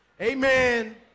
Amen